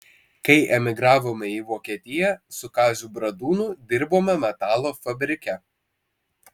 kai emigravome į vokietiją su kaziu bradūnu dirbome metalo fabrike